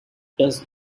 does